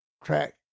crack